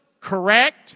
correct